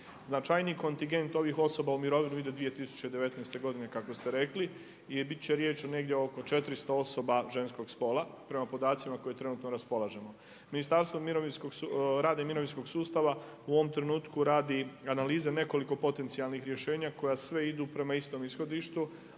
Značajniji kontingent ovih osoba u mirovinu ide 2019. godine kako ste rekli i biti će riječ negdje oko 400 osoba ženskog spola prema podacima o kojima trenutno raspolažemo. Ministarstvo rada i mirovinskog sustava u ovom trenutku radi analize nekoliko potencijalnih rješenja koja sve idu prema istom ishodištu